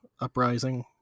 uprising